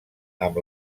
amb